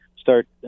start